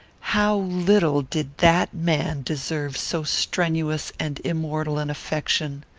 how little did that man deserve so strenuous and immortal an affection!